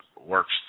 works